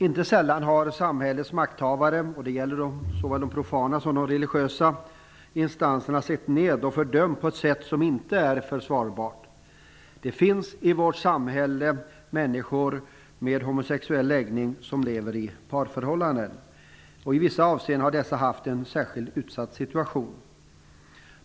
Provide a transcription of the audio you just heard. Inte sällan har samhällets makthavare -- det gäller såväl profana som religiösa instanser -- sett ned på homosexualiteten och fördömt den på ett sätt som inte är försvarbart. Det finns i vårt samhälle människor med homosexuell läggning som lever i parförhållanden. I vissa avseenden har dessa haft en särskilt utsatt situation.